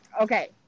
Okay